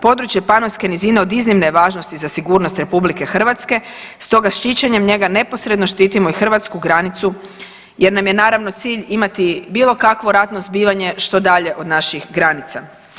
Područje Panonske nizine od iznimne je važnosti za sigurnost RH stoga štićenjem njega neposredno štitimo i hrvatsku granicu jer nam je naravno cilj imati bilo kakvo ratno zbivanje što dalje granica.